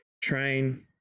train